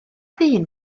ddyn